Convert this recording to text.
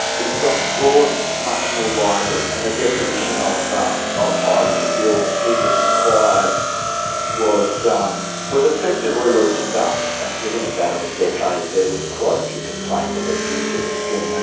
it got broadened much more widely, and the definition of um of highly skilled and who was required was um was effectively loosened up, and within about a decade there was quite a few complaints of abuse of the scheme. and